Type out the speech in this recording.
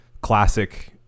classic